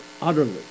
utterly